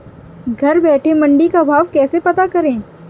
घर बैठे मंडी का भाव कैसे पता करें?